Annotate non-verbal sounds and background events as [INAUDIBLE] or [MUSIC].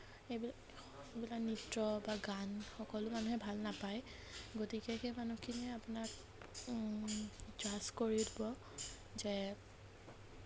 এইবিলাক [UNINTELLIGIBLE] এইবিলাক নৃত্য বা গান সকলো মানুহে ভাল নাপায় গতিকে সেই মানুহখিনিয়ে আপোনাক [UNINTELLIGIBLE] কৰি দিব যে